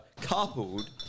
coupled